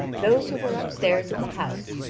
those who were upstairs in the house,